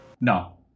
No